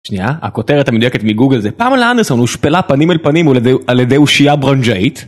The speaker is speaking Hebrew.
שנייה, הכותרת המדויקת מגוגל זה פמלה אנדרסון הושפלה פנים על פנים על ידי אושייה ברנג'אית.